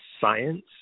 science